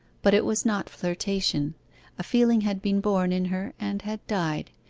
but it was not flirtation a feeling had been born in her and had died.